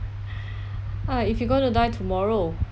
uh if you're going to die tomorrow